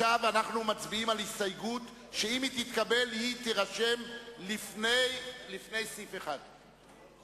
באותו עניין, הסתייגות של קבוצת סיעת חד"ש.